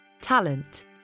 talent